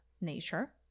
nature